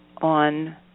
on